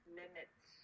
limits